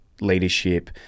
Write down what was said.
leadership